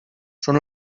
són